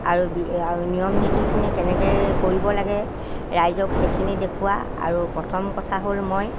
আৰু আৰু নিয়ম নীতিখিনি কেনেকে কৰিব লাগে ৰাইজক সেইখিনি দেখুওৱা আৰু প্ৰথম কথা হ'ল মই